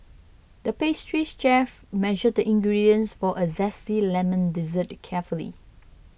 the pastries chef measured the ingredients for a Zesty Lemon Dessert carefully